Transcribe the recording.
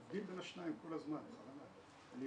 להבדיל בין השניים כל הזמן, זה